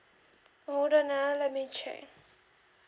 hold on ah let me check